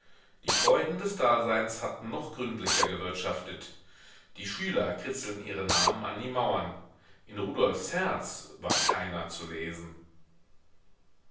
die freuden des daseins hatten noch gründlicher gewirtschaftet die schüler kritzeln ihre namen an die mauern in rudolfs herz war keiner zu lesen